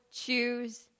choose